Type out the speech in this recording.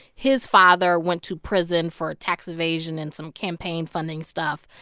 his father went to prison for tax evasion and some campaign funding stuff.